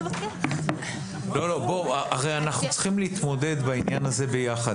אנחנו צריכים להתמודד בעניין הזה ביחד,